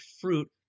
fruit